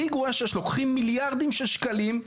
לוקחים מיליארדים של שקלים,